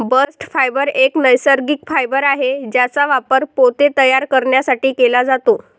bast fibre एक नैसर्गिक fibre आहे ज्याचा वापर पोते तयार करण्यासाठी केला जातो